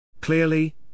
Clearly